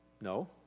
No